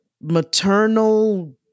maternal